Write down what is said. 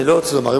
אני לא רוצה לומר.